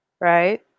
right